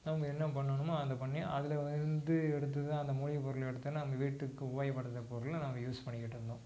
அவங்க என்ன பண்ணணுமோ அதைப் பண்ணி அதில் வந்து எடுத்து தான் அந்த மூலிகைப் பொருளை எடுத்தோன்னால் அந்த வீட்டுக்கு உபயோகப்படுற பொருளை நாங்கள் யூஸ் பண்ணிக்கிட்டிருந்தோம்